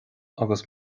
agus